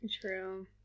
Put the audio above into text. True